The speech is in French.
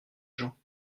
gens